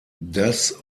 das